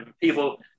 People